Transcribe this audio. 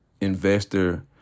investor